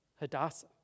Hadassah